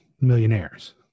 millionaires